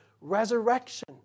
resurrection